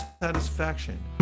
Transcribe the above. satisfaction